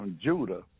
judah